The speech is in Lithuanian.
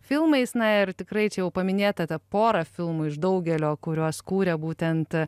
filmais na ir tikrai čia jau paminėta pora filmų iš daugelio kuriuos kūrė būtent